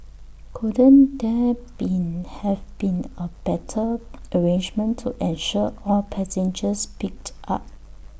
couldn't there been have been A better arrangement to ensure all passengers picked up